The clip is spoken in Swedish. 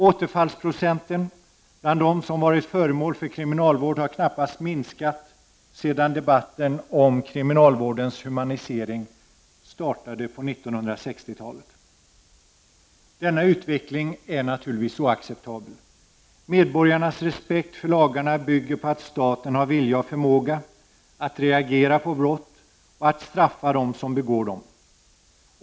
Återfallsprocenten bland dem som varit föremål för kriminalvård har knappast minskat sedan debatten om kriminalvårdens humanisering startade på 1960-talet. Denna utveckling är naturligtvis oacceptabel. Medborgarnas respekt för lagarna bygger på att staten har vilja och förmåga att reagera på brott och att straffa dem som begår dem.